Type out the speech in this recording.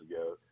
ago